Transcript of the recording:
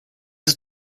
ist